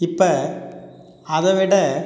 இப்போ அதைவிட